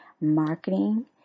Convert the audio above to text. marketing